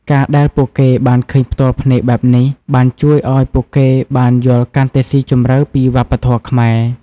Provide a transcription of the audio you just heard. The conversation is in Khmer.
ការដែលពួកគេបានឃើញផ្ទាល់ភ្នែកបែបនេះ បានជួយឲ្យពួកគេបានយល់កាន់តែស៊ីជម្រៅពីវប្បធម៌ខ្មែរ។